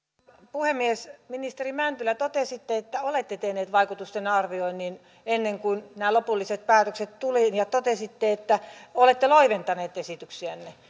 puhemies ministeri mäntylä totesitte että olette tehneet vaikutusten arvioinnin ennen kuin nämä lopulliset päätökset tulivat ja totesitte että olette loiventaneet esityksiänne